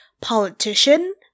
politician